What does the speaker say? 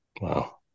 Wow